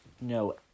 No